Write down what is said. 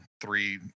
three